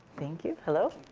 thank you, hello.